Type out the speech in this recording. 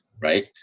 Right